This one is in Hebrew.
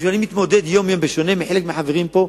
בשונה מחלק מהחברים פה,